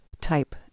type